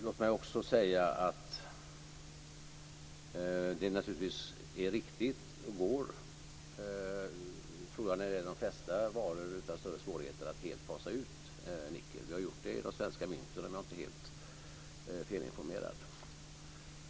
Låt mig också säga att det naturligtvis är riktigt, när det gäller de flesta varor tror jag att det utan större svårigheter går att helt fasa ut nickel. Vi har gjort det i de svenska mynten, om jag inte är helt felinformerad.